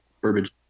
Burbage